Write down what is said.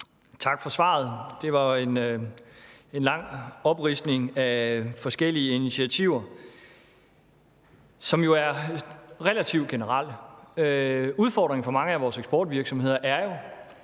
Tak for svaret. Det var jo en lang opremsning af forskellige initiativer, som jo er relativt generelle. Udfordringen for mange af vores eksportvirksomheder er jo,